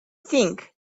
think